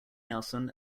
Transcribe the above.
nelson